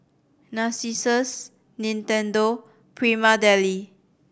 Narcissus Nintendo Prima Deli